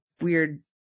weird